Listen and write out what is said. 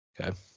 Okay